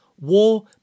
War